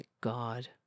God